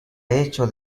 hecho